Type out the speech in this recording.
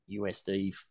USD